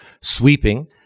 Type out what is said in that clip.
sweeping